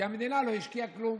כי המדינה לא השקיעה כלום.